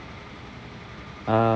uh